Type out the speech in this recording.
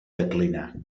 declinar